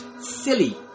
silly